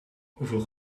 hoeveel